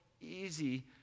easy